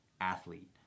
athlete